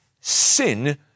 Sin